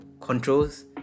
controls